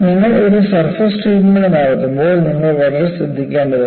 നിങ്ങൾ ഒരു surface treatment നടത്തുമ്പോൾ നിങ്ങൾ വളരെ ശ്രദ്ധിക്കേണ്ടതുണ്ട്